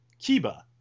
Kiba